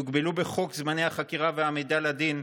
יוגבלו בחוק זמני החקירה וההעמדה לדין.